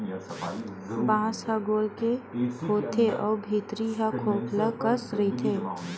बांस ह गोल के होथे अउ भीतरी ह खोखला कस रहिथे